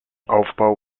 aufbau